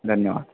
धन्यवाद